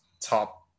top